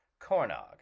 Cornog